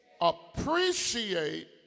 Appreciate